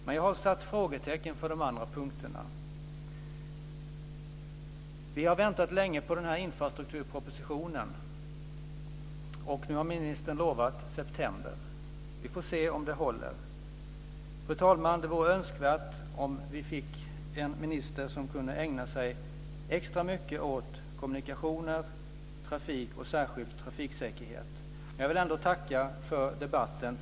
Men jag har satt frågetecken för de andra punkterna. Vi har väntat länge på infrastrukturpropositionen, och nu har ministern lovat att den ska komma i september. Vi får se om det håller. Fru talman! Det vore önskvärt om vi fick en minister som kunde ägna sig extra mycket åt kommunikationer, trafik och särskilt trafiksäkerhet. Jag vill ändå tacka för debatten.